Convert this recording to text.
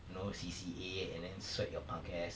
you know C_C_A and then sweat your punk ass